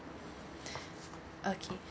okay